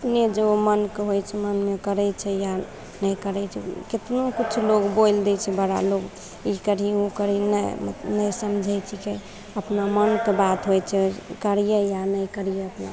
अपने जो मनके होइ छै मनमे करय छै या नहि करय छै कितना किछु लोग बोलि दै छै बड़ा लोग ई करहीं ओ करहीं नहि मतलब नहि समझै छीकै अपना मनके बात होइ छै करियै या नहि करियै अपना